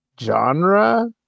genre